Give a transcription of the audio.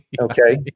Okay